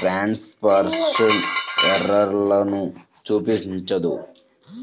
transcription ఎర్రర్లను చూపించదు